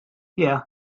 yeah